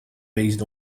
based